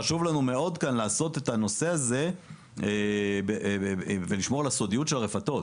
חשוב לנו מאוד לעשות את הנושא הזה ולשמור על סודיות הרפתות